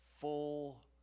full